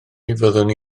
fyddwn